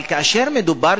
אבל כאשר מדובר,